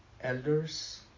elders